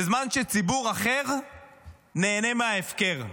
בזמן שציבור אחר נהנה מההפקר?